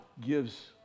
gives